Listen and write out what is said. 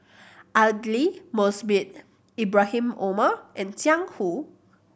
Aidli Mosbit Ibrahim Omar and Jiang Hu